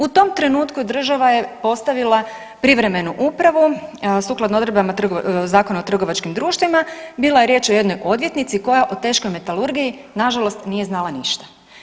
U tom trenutku država je postavila privremenu upravu sukladno odredbama Zakona o trgovačkim društvima, bila je riječ o jednoj odvjetnici koja o teškoj metalurgiji nažalost nije znala ništa.